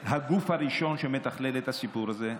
הגוף הראשון שמתכלל את הסיפור הזה.